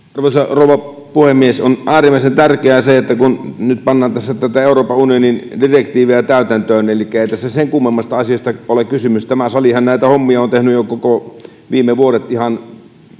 rouva puhemies on äärimmäisen tärkeää huomata se kun nyt pannaan tässä tätä euroopan unionin direktiiviä täytäntöön ei tässä sen kummemmasta asiasta ole kysymys tämä salihan näitä hommia on tehnyt jo kaikki viime vuodet ihan